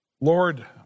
Lord